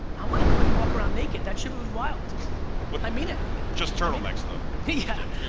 i want everybody to walk around naked that shifu's wild what i mean, it just turtlenecks though. yeah